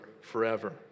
forever